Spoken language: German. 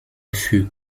für